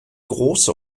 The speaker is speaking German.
große